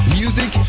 music